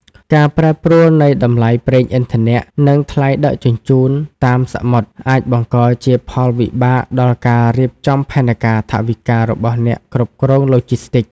ការប្រែប្រួលនៃតម្លៃប្រេងឥន្ធនៈ និងថ្លៃដឹកជញ្ជូនតាមសមុទ្រ អាចបង្កជាផលវិបាកដល់ការរៀបចំផែនការថវិការបស់អ្នកគ្រប់គ្រងឡូជីស្ទីក។